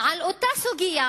על אותה סוגיה